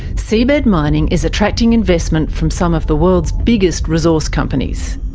seabed mining is attracting investment from some of the world's biggest resource companies.